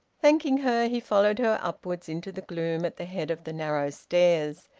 thanking her, he followed her upwards into the gloom at the head of the narrow stairs,